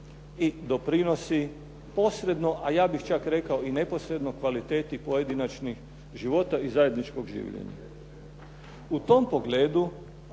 i doprinosi posredno, a ja bih čak rekao i neposredno, kvaliteti pojedinačnih života i zajedničkog življenja. U tom pogledu